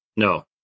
No